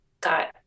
got